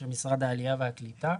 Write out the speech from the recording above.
של משרד העלייה והקליטה.